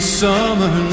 summer